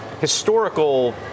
historical